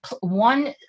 one